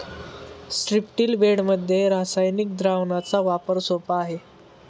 स्ट्रिप्टील बेडमध्ये रासायनिक द्रावणाचा वापर सोपा आहे